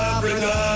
Africa